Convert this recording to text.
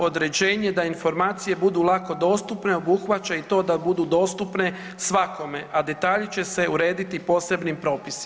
Određenje da informacije budu lako dostupne obuhvaća i to da budu dostupne svakome, a detalji će se urediti posebnim propisima.